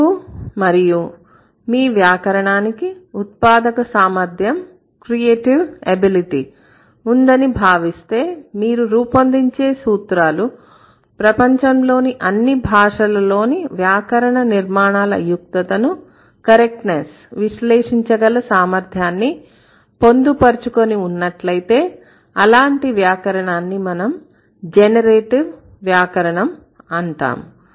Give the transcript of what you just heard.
మీకు మరియు మీ వ్యాకరణానికి ఉత్పాదక సామర్థ్యం ఉందని భావిస్తే మీరు రూపొందించే సూత్రాలు ప్రపంచంలోని అన్ని భాషలలోని వ్యాకరణ నిర్మాణాల యుక్తతను విశ్లేషించగల సామర్థ్యాన్ని పొందుపర్చికొని ఉన్నట్లయితే అలాంటి వ్యాకరణాన్ని మనం జనరేటివ్ వ్యాకరణం అంటాము